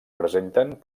presenten